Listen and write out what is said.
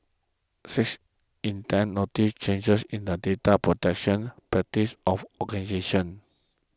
six in ten noticed changes in the data protection practices of organisations